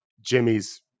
Jimmy's